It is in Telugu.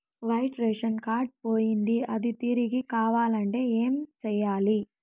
వైట్ రేషన్ కార్డు పోయింది అది తిరిగి కావాలంటే ఏం సేయాలి